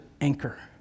anchor